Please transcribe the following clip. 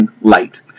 light